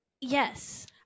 yes